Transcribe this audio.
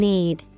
Need